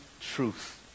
truth